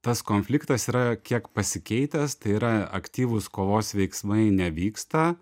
tas konfliktas yra kiek pasikeitęs tai yra aktyvūs kovos veiksmai nevyksta